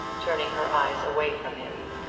turning her eyes away from him,